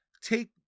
take